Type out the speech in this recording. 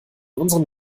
unserem